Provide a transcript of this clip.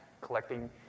collecting